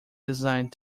designed